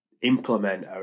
implement